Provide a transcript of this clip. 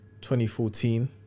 2014